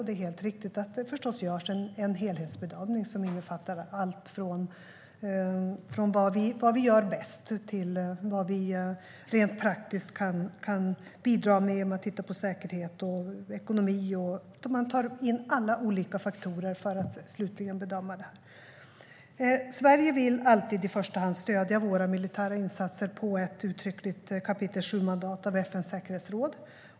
Det är helt riktigt att det görs en helhetsbedömning som innefattar allt från vad vi gör bäst till vad vi rent praktiskt kan bidra med genom att titta på säkerhet och ekonomi. Man tar in alla olika faktorer för att slutligen bedöma detta. Sverige vill alltid i första hand att våra militära insatser stöds av ett uttryckligt kapitel VII-mandat från FN:s säkerhetsråd.